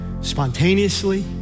spontaneously